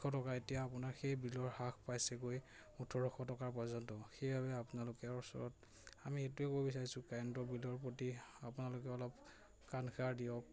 এশ টকা এতিয়া আপোনাৰ সেই বিলৰ হ্ৰাস পাইছেগৈ ওঠৰশ টকাৰ পৰ্যন্ত সেইবাবে আপোনালোকে ওচৰত আমি এইটোৱে কব বিচাৰিছোঁ কাৰেণ্টৰ বিলৰ প্ৰতি আপোনালোকে অলপ কাণষাৰ দিয়ক